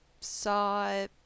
saw